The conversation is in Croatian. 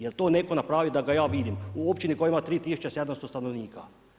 Jel to netko napravio, da ga ja vidim, u općini koja ima 3700 stanovnika.